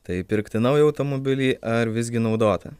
tai pirkti naują automobilį ar visgi naudotą